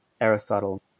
Aristotle